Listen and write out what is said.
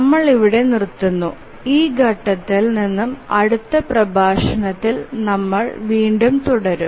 നമ്മൾ ഇവിടെ നിർത്തുന്നു ഈ ഘട്ടത്തിൽ നിന്ന് അടുത്ത പ്രഭാഷണത്തിൽ നമ്മൾ തുടരും